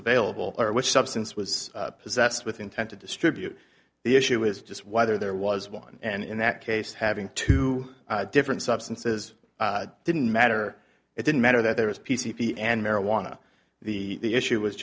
available or which substance was possessed with intent to distribute the issue is just whether there was one and in that case having two different substances didn't matter it didn't matter that there was p c p and marijuana the issue